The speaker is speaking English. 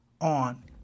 on